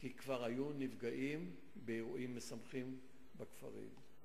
כי כבר היו נפגעים באירועים משמחים בכפרים.